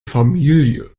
familie